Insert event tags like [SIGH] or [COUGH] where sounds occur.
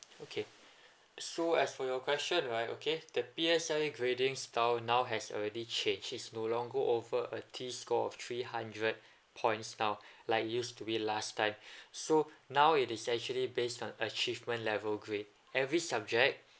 okay so as for your question right okay the P_S_L_E grading style now has already changed it's no longer over a T score of three hundred points now like used to be last time [BREATH] so now it is actually based on achievement level grade every subject